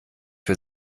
für